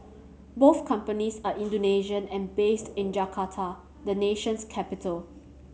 both companies are Indonesian and based in Jakarta the nation's capital